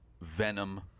Venom